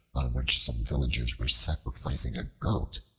on which some villagers were sacrificing a goat,